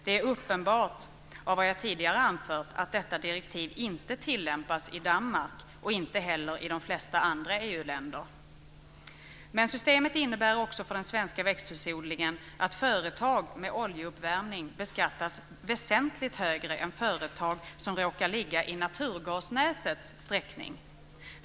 Det är uppenbart av vad jag tidigare anfört att detta direktiv inte tillämpas i Danmark och inte heller i de flesta andra EU-länder. Systemet innebär också för den svenska växthusodlingen att företag med oljeuppvärmning beskattas väsentligt högre än företag som råkar ligga i naturgasnätets sträckning.